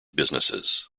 businesses